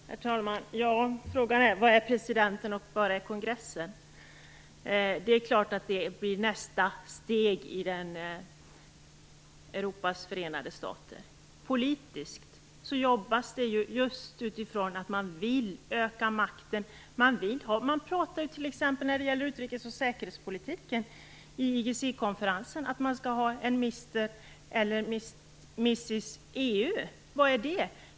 Herr talman! Holger Gustafsson ställde frågan var presidenten och kongressen finns. Det är klart att detta blir nästa steg i Europas förenta stater. Politiskt arbetar man just utifrån att man vill öka makten. När det gäller t.ex. utrikes och säkerhetspolitiken talar man i IGC om att man skall ha en Mr eller Mrs EU. Vad innebär det?